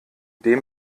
dem